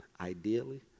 ideally